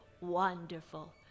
Wonderful